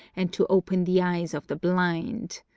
and to open the eyes of the blind.